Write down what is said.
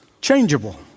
changeable